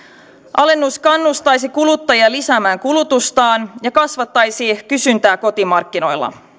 alennus kannustaisi kuluttajia lisäämään kulutustaan ja kasvattaisi kysyntää kotimarkkinoilla